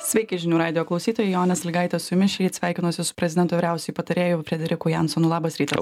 sveiki žinių radijo klausytojai jonė sąlygaitė su jumis šįryt sveikinuosi su prezidento vyriausiuoju patarėju frederiku jansonu labas rytas